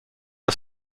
are